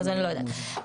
בסדר.